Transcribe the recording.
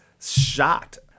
shocked